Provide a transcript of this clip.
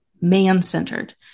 man-centered